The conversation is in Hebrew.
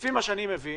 לפי מה שאני מבין,